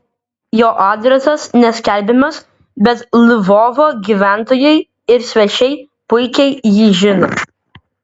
jo adresas neskelbiamas bet lvovo gyventojai ir svečiai puikiai jį žino